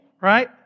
right